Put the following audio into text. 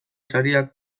sariak